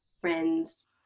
friends